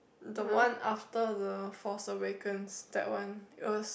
the one after the Force Awaken that one